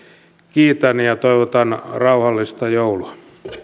kiitän ja toivotan rauhallista joulua